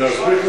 להסביר,